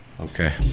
Okay